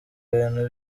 ibintu